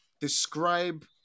describe